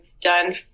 done